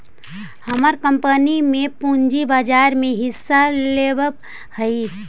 हमर कंपनी भी पूंजी बाजार में हिस्सा लेवअ हई